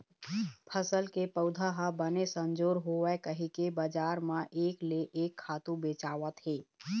फसल के पउधा ह बने संजोर होवय कहिके बजार म एक ले एक खातू बेचावत हे